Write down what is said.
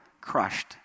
crushed